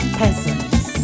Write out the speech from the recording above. peasants